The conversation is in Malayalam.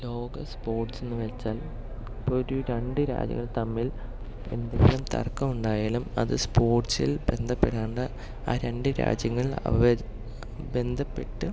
ലോക സ്പോർട്സെന്ന് വെച്ചാൽ ഇപ്പൊരു രണ്ട് രാജ്യങ്ങൾ തമ്മിൽ എന്തെങ്കിലും തർക്കമുണ്ടായാലും അത് സ്പോർട്സിൽ ബന്ധപ്പെടേണ്ട ആ രണ്ട് രാജ്യങ്ങൾ ബന്ധപ്പെട്ട്